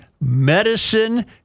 medicine